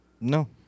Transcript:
No